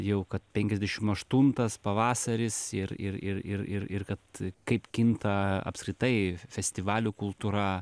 jau kad penkiasdešim aštuntas pavasaris ir ir ir ir ir ir kad kaip kinta apskritai festivalių kultūra